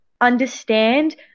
understand